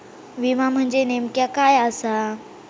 विमा म्हणजे नेमक्या काय आसा?